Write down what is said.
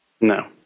No